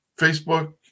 Facebook